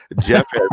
Jeff